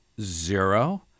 Zero